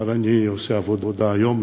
אבל אני עושה עבודה יום-יום.